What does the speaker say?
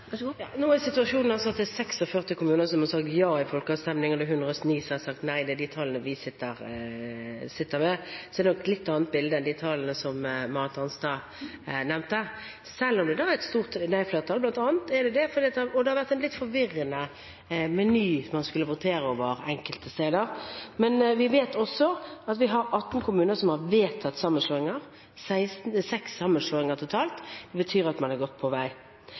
Nå er situasjonen at det er 46 kommuner som har sagt ja ved folkeavstemninger, og 109 har sagt nei. Det er de tallene vi sitter med. Det er nok et litt annet bilde enn de tallene Marit Arnstad nevnte, selv om det er et stort nei-flertall. Det har vært en litt forvirrende meny man skulle votere over enkelte steder. Men vi vet også at vi har 18 kommuner som har vedtatt sammenslåinger – 6 sammenslåinger totalt. Det betyr at man er godt på vei.